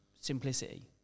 simplicity